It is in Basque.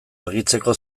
argitzeko